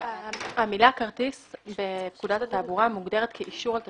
המילה "כרטיס" בפקודת התעבורה מוגדרת כ"אישור על תשלום".